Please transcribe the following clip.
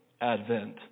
advent